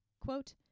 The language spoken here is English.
Quote